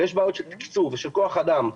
יש בעיות של תקצוב ושל כוח אדם,